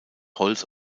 holz